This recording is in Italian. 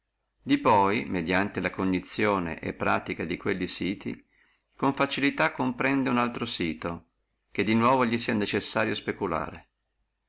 di poi mediante la cognizione e pratica di quelli siti con facilità comprendere ogni altro sito che di nuovo li sia necessario speculare